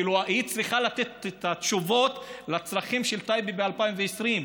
כאילו היא צריכה לתת את התשובות לצרכים של טייבה ב-2020,